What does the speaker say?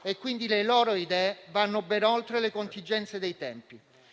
e, quindi, le sue idee vanno ben oltre le contingenze dei tempi.